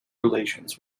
relations